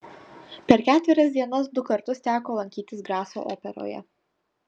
per ketverias dienas du kartus teko lankytis graco operoje